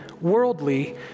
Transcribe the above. worldly